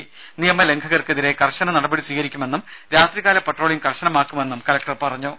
ഷാനവാസ് നിയമലംഘകർക്കെതിരെ കർശന നടപടി സ്വീകരിക്കുമെന്നും രാത്രികാല പട്രോളിംഗ് കർശനമാക്കുമെന്നും കലക്ടർ പറഞ്ഞു